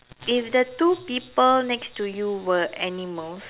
if the two people next to you were animals